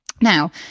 now